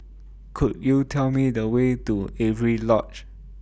Could YOU Tell Me The Way to Avery Lodge